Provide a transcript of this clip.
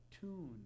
tune